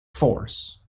force